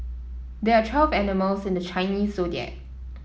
there are twelve animals in the Chinese Zodiac